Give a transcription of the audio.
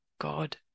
God